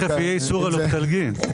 אנחנו מציעים הסדר שמורכב משתי רגליים.